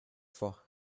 for